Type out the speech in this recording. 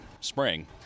spring